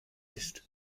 ist